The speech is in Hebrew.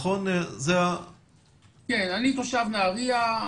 אני תושב נהריה.